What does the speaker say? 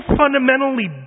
fundamentally